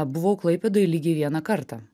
buvau klaipėdoj lygiai vieną kartą